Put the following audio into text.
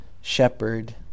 shepherd